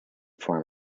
form